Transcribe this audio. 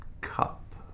Cup